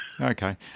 Okay